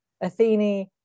Athene